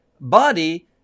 body